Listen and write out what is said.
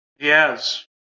Yes